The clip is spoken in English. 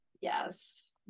Yes